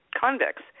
convicts